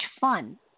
fun